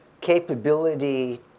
capability